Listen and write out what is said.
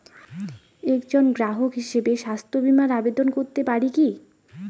একজন গ্রাহক হিসাবে স্বাস্থ্য বিমার আবেদন করতে পারি কি?